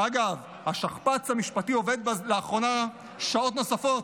אגב, השכפ"ץ המשפטי עובד לאחרונה שעות נוספות.